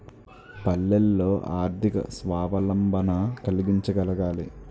పల్లెల్లో ఆర్థిక స్వావలంబన కలిగించగలగాలి